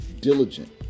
diligent